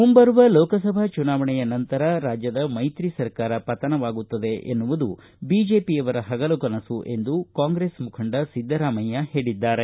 ಮುಂಬರುವ ಲೋಕಸಭಾ ಚುನಾವಣೆಯ ನಂತರ ರಾಜ್ಯದ ಮೈತ್ರಿ ಸರ್ಕಾರ ಪತನವಾಗುತ್ತದೆ ಎನ್ನುವುದು ಬಿಜೆಪಿ ಯವರ ಹಗಲು ಕನಸು ಎಂದು ಕಾಂಗ್ರೆಸ್ ಮುಖಂಡ ಸಿದ್ದರಾಮಯ್ಯ ಹೇಳದ್ದಾರೆ